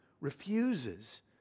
refuses